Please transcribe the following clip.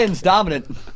dominant